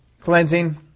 cleansing